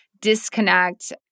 disconnect